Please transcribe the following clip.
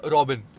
Robin